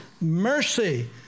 mercy